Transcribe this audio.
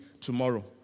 tomorrow